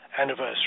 anniversary